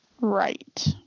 Right